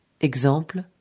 Exemple